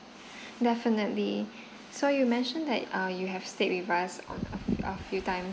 definitely so you mentioned that uh you have stayed with us on a a few times